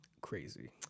Crazy